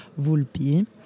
Vulpi